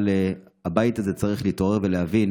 אבל הבית הזה צריך להתעורר ולהבין